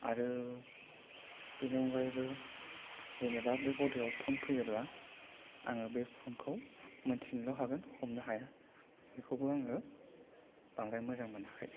आरो बेनि अनगायैबो जेनेबा बै घरियाव फन फैयोब्ला आङो बे फनखौ मिन्थिनोल' हागोन हमनो हाया बेखौबो आङो बांद्राय मोजां मोनाखै